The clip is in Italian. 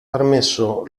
permesso